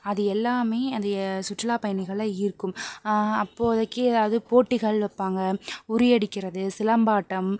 அது எல்லாமே அது சுற்றுலா பயணிகள ஈர்க்கும் அப்போதிக்கு அது போட்டிகள் வைப்பாங்க உறியடிக்கிறது சிலம்பாட்டம்